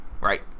right